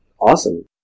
awesome